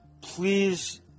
please